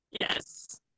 Yes